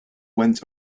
went